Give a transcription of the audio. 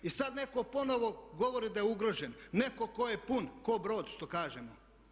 I sada netko ponovno govori da je ugrožen, netko tko je pun, ko brod, što kažemo.